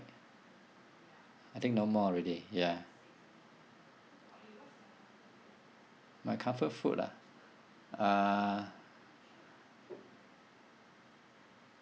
I think no more already ya my comfort food ah uh